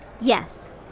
Yes